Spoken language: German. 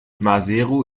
maseru